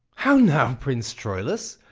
how now, prince troilus!